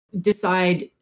decide